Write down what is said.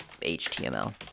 html